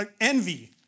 envy